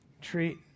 treat